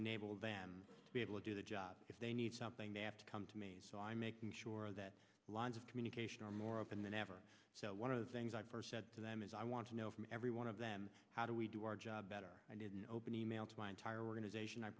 enable them to be able to do the job if they need something they have to come to me so i'm making sure that lines of communication are more open than ever so one of the things i've said to them is i want to know from every one of them how do we do our job better i didn't open email to my entire organization i